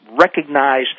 recognize